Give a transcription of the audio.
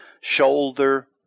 shoulder